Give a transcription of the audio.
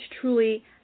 truly